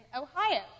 Ohio